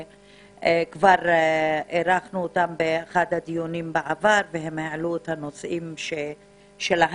כבר אירחנו אותם באחד הדיונים בעבר והם העלו את הטענות שלהם.